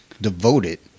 devoted